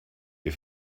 wir